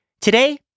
Today